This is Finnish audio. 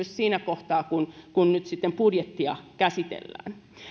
siinä kohtaa kun kun nyt sitten budjettia käsitellään